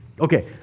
Okay